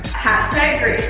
hashtag